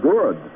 Good